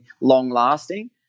long-lasting